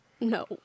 No